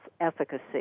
efficacy